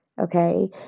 Okay